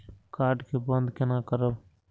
Card के बन्द केना करब?